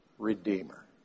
Redeemer